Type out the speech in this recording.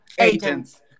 agents